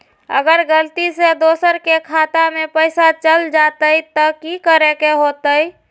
अगर गलती से दोसर के खाता में पैसा चल जताय त की करे के होतय?